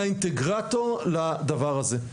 יהיה האינטגרטור לדבר הזה.